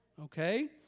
Okay